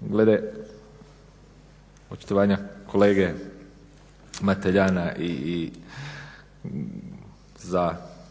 Glede očitovanja kolege Mateljana